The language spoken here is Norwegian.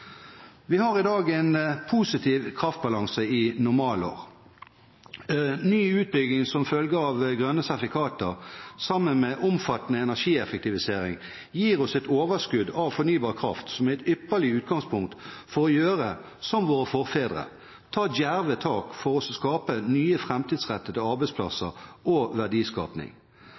Vi har i dag en positiv kraftbalanse i normalår. Ny utbygging som følge av grønne sertifikater sammen med omfattende energieffektivisering gir oss et overskudd av fornybar kraft, som er et ypperlig utgangspunkt for å gjøre som våre forfedre: å ta djerve tak for å skape nye, framtidsrettede arbeidsplasser og verdiskapning.